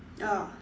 oh